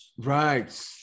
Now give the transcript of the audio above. right